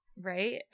Right